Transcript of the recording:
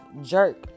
jerk